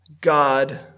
God